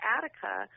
Attica